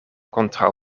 kontraŭ